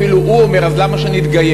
אפילו הוא אומר, אז למה שנתגייר?